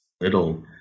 little